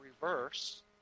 reverse